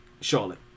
Charlotte